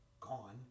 gone